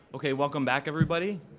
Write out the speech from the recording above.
okay welcome back everybody.